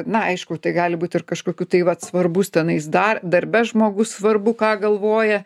na aišku tai gali būt ir kažkokių tai vat svarbus tenais dar darbe žmogus svarbu ką galvoja